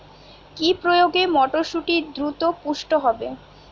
কি প্রয়োগে মটরসুটি দ্রুত পুষ্ট হবে?